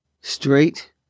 straight